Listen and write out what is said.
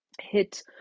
hit